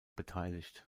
beteiligt